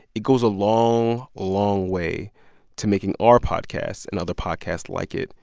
it goes a long, long way to making our podcast, and other podcasts like it,